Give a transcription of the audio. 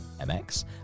MX